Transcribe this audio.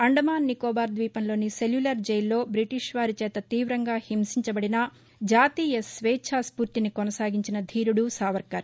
అండమాన్ నికొబార్ ద్వీపంలోని సెల్యులర్ జైల్లో ట్రిటిష్వారిచేత తీవంగా హింసించబడినా జాతీయ స్వేచ్ఛాస్పూర్తిని కొనసాగించిన ధీరుడు సావర్కర్